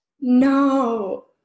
no